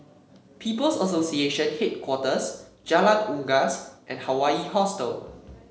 People's Association Headquarters Jalan Unggas and Hawaii Hostel